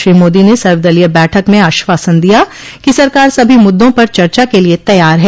श्री मोदी ने सर्वदलीय बैठक में आश्वासन दिया कि सरकार सभी मुद्दों पर चर्चा के लिए तैयार है